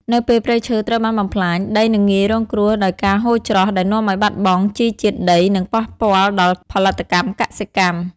នៅពេលព្រៃឈើត្រូវបានបំផ្លាញ ដីនឹងងាយរងគ្រោះដោយការហូរច្រោះ ដែលនាំឱ្យបាត់បង់ជីជាតិដី និងប៉ះពាល់ដល់ផលិតកម្មកសិកម្ម។